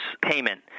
payment